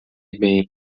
bem